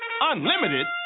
Unlimited